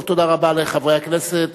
טוב, תודה רבה לחברי הכנסת.